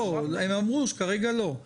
כרגע לא.